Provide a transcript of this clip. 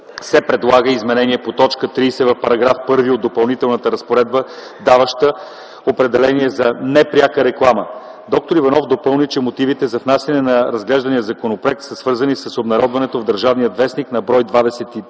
се предлага изменение на т. 30 в § 1 от Допълнителната разпоредба, даваща определение за „Непряка реклама”. Доктор Иванов допълни, че мотивите за внасяне на разглеждания законопроект са свързани с обнародвана в “Държавен вестник”, брой 23